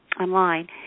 online